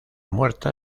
muerta